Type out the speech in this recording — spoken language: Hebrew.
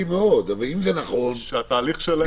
אני יכול לחדד, ברשותכם?